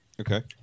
Okay